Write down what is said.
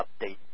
update